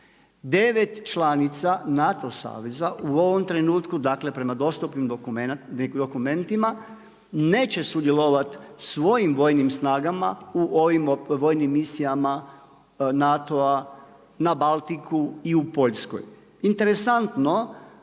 9 članica NATO saveza u ovom trenutku prema dostupnim dokumentima neće sudjelovati svojim vojnim snagama u ovim vojnim misijama NATO-a na Baltiku i u Poljskoj. Interesantno